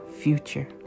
future